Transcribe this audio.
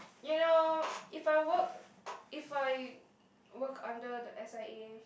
you know if I work if I work under the S_I_A